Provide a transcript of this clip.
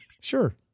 sure